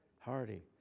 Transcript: Hardy